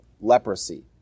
leprosy